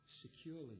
Securely